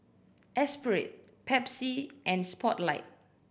Espirit Pepsi and Spotlight